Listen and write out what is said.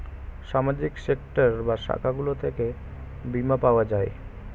সামাজিক সেক্টর বা শাখাগুলো থেকে বীমা পাওয়া যায়